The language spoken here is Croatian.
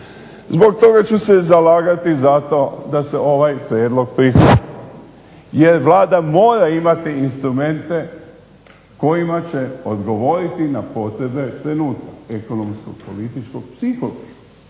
Zbog toga ću se zalagati zato da se ovaj prijedlog prihvati jer Vlada mora imati instrumente kojima će odgovoriti na poteze trenutka, ekonomskog, političkog, psihološkog